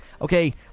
okay